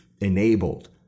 enabled